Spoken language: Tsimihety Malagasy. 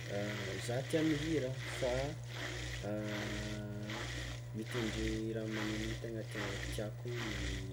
Zah tià mihira fa mitendry raha magnegno no tegna tià- tiàko noho ny